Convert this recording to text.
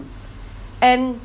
and